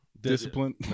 discipline